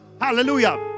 Hallelujah